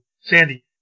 Sandy